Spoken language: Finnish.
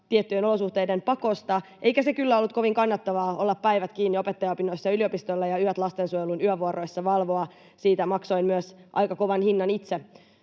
tiettyjen olosuhteiden pakosta, eikä se kyllä ollut kovin kannattavaa olla päivät kiinni opettajaopinnoissa yliopistolla ja yöt valvoa lastensuojelun yövuoroissa. Siitä maksoin myös aika kovan hinnan itse